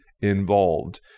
involved